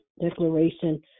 declaration